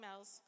emails